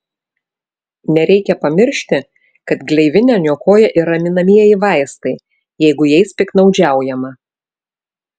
nereikia pamiršti kad gleivinę niokoja ir raminamieji vaistai jeigu jais piktnaudžiaujama